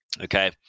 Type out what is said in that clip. Okay